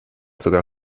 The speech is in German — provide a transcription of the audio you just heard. sogar